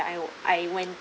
that I I went